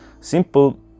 simple